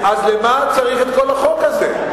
אז למה צריך את כל החוק הזה?